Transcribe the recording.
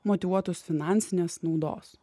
motyvuotus finansinės naudos